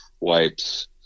wipes